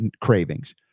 cravings